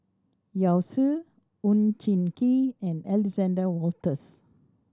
Yao Zi Oon Jin Gee and Alexander Wolters